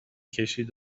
کشید